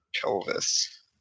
Pelvis